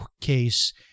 case